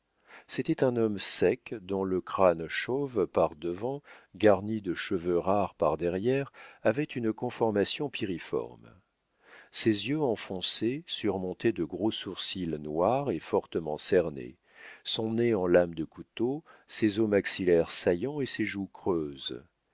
c'était un homme sec dont le crâne chauve par devant garni de cheveux rares par derrière avait une conformation piriforme ses yeux enfoncés surmontés de gros sourcils noirs et fortement cernés son nez en lame de couteau ses os maxillaires saillants et ses joues creuses